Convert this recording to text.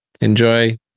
Enjoy